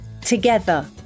together